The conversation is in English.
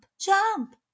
jump